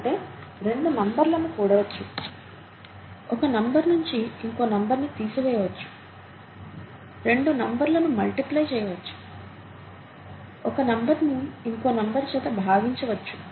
అంటే రెండు నంబర్లను కూడవచ్చు ఒక నంబర్ నించి ఇంకో నంబర్ని తీసివేయవచ్చు రెండు నంబర్లను మల్టిప్లై చేయవచ్చు ఒక నంబర్ని ఇంకో నంబర్ చేత భాగించవచ్చు